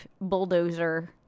Bulldozer